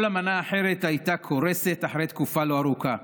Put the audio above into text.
כל אמנה אחרת הייתה קורסת אחרי תקופה לא ארוכה.